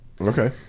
Okay